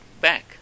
back